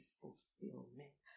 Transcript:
fulfillment